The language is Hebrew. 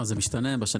זה משתנה.